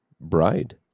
bride